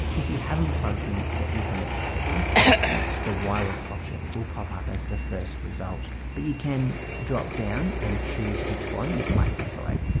if you haven't plugged in the ethernet cable the wireless option will pop up as the first result but you can drop down and choose which one you'd like to select.